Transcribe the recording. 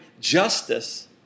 justice